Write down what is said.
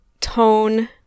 tone